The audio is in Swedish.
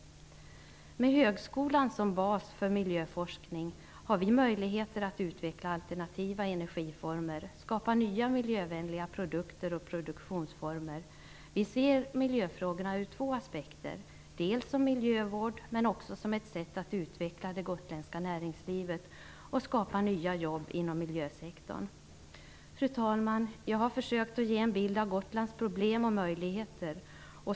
Med högskolan som bas för miljöforskning har vi möjligheter att utveckla alternativa energiformer och skapa nya miljövänliga produkter och produktionsformer. Vi ser miljöfrågorna ur två aspekter. Det handlar om milijövård men också om ett sätt att utveckla det gotländska näringslivet och skapa nya jobb inom miljösektorn. Fru talman! Jag har försökt ge en bild av Gotlands problem och möjligheter.